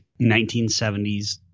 1970s